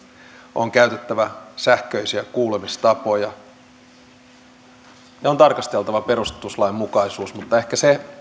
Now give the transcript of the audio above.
on käytettävä sähköisiä kuulemistapoja ja on tarkasteltava perustuslainmukaisuutta mutta se